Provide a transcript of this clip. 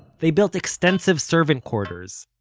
they built extensive servant quarters,